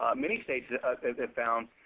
ah many states have found,